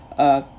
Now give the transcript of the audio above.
uh